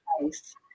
place